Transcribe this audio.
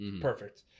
Perfect